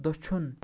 دٔچھُن